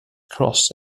cross